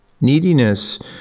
Neediness